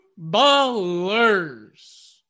ballers